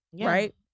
right